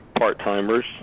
part-timers